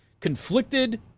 conflicted